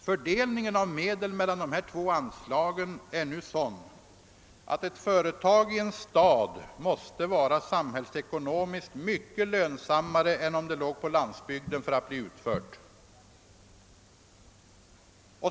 Fördelningen av medel mellan dessa två anslag är nu sådan att ett företag i en stad för att bli utfört måste vara samhällsekonomiskt mycket lönsammare än om det låg på landsbygden.